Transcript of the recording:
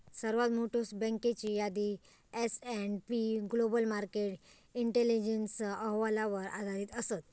सर्वात मोठयो बँकेची यादी S and P global market intelligence अहवालावर आधारित असत